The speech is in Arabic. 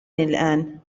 الآن